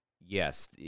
Yes